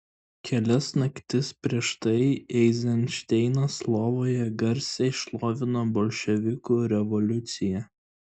kelias naktis prieš tai eizenšteinas lovoje garsiai šlovina bolševikų revoliuciją